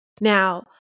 Now